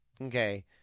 Okay